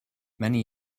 many